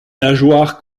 nageoire